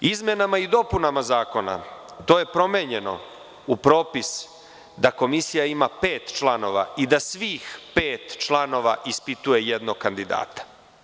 Izmenama i dopunama zakona to je promenjeno u propis da komisija ima pet članova i da svih pet članova ispituje jednog kandidata.